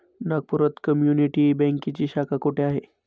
नागपुरात कम्युनिटी बँकेची शाखा कुठे आहे?